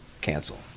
cancel